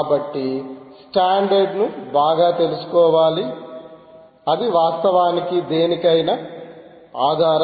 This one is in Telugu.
కాబట్టి స్టాండర్డ్ ను బాగా తెలుసుకోవాలి అది వాస్తవానికి దేనికైనా ఆధారం